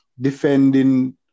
defending